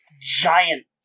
giant